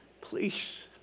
please